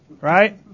right